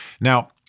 Now